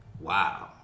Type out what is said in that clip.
Wow